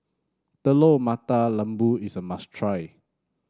Telur Mata Lembu is a must try